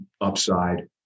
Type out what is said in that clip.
upside